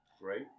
Great